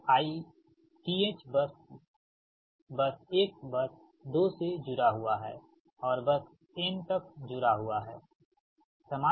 तो i th bus bus 1 bus 2 से जुड़ा हुआ है और बस n तक जुड़ा हुआ है